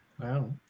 Wow